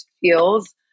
feels